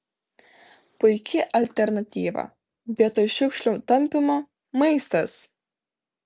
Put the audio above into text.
puiki alternatyva vietoj šiukšlių tampymo maistas